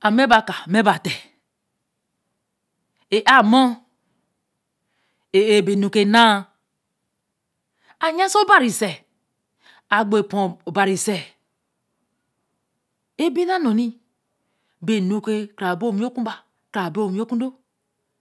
a mme be āa to r ar mar ear be nu ke nee ayen si obari se agbo epo obari se ebi na nno ni be nu ke kara bby owi oku mba kara baa owi oku odo